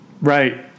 Right